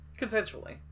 consensually